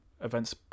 events